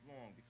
long